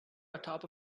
atop